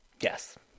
Yes